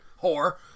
whore